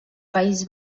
país